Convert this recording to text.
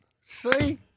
See